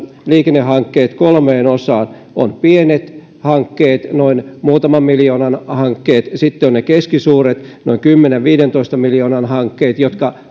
liikennehankkeet oikeastaan kolmeen osaan on pienet hankkeet noin muutaman miljoonan hankkeet sitten on ne keskisuuret noin kymmenen viiva viidentoista miljoonan hankkeet jotka